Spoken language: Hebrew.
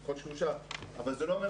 יכול להיות שהוא אושר אבל זה לא אומר